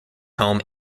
home